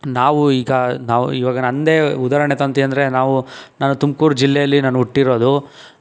ನಾವು ಈಗ ನಾವು ಇವಾಗ ನನ್ನದೇ ಉದಾಹರ್ಣೆ ತಗಂತೀವಿ ಅಂದರೆ ನಾವು ನಾನು ತುಮ್ಕೂರು ಜಿಲ್ಲೆಯಲ್ಲಿ ನಾನು ಹುಟ್ಟಿರೋದು